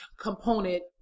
component